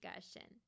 discussion